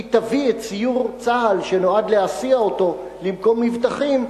היא תביא את סיור צה"ל שנועד להסיע אותו למקום מבטחים,